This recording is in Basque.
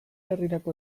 herrirako